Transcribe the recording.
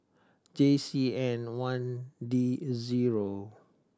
J C N one D zero